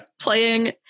Playing